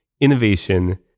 innovation